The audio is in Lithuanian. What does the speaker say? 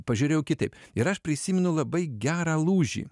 pažiūrėjau kitaip ir aš prisimenu labai gerą lūžį